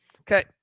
Okay